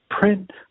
print